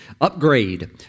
upgrade